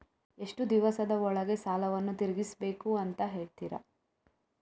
ಎಷ್ಟು ದಿವಸದ ಒಳಗೆ ಸಾಲವನ್ನು ತೀರಿಸ್ಬೇಕು ಅಂತ ಹೇಳ್ತಿರಾ?